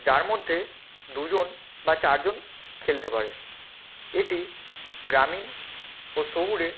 যার মধ্যে দুজন বা চারজন খেলতে পারে এটি গ্রামীণ ও শহুরে